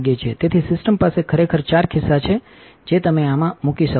તેથી સિસ્ટમ પાસે ખરેખર ચાર ખિસ્સા છે જે તમે આમાં મૂકી શકો છો